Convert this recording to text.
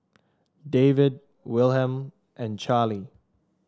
David Wilhelm and Charlie